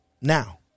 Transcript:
Now